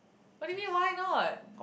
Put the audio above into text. what do you mean why not